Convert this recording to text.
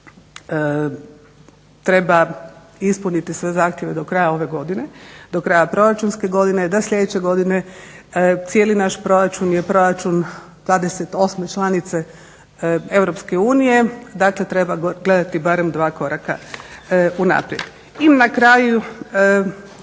treba ispuniti sve zahtjeve do kraja ove godine, do kraja proračunske godine, do sljedeće godine. cijeli naš proračun je proračun 28. članice Europske unije, dakle treba gledati barem dva koraka unaprijed. I na kraju,